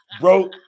Bro